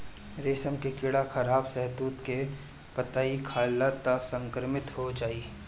रेशम के कीड़ा खराब शहतूत के पतइ खाली त संक्रमित हो जाई